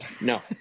No